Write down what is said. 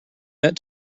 met